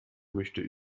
möchte